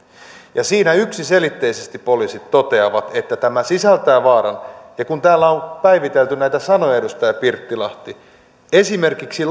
ja niissä yksiselitteisesti poliisit toteavat että tämä sisältää vaaran kun täällä on päivitelty näitä sanoja edustaja pirttilahti esimerkiksi